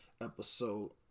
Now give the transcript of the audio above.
episode